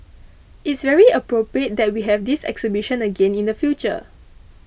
it's very appropriate that we have this exhibition again in the future